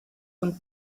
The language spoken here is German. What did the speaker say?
und